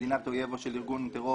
של מדינת אויב או של ארגון טרור,